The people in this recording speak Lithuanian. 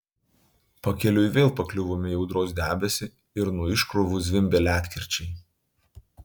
pakeliui vėl pakliuvome į audros debesį ir nuo iškrovų zvimbė ledkirčiai